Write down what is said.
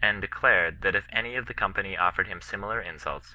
and declared, that if any of the company offered him similar insults,